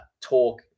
talk